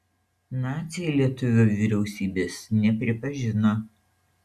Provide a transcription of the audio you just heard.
naciai lietuvių vyriausybės nepripažino